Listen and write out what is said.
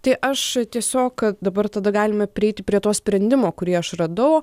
tai aš tiesiog dabar tada galime prieiti prie to sprendimo kurį aš radau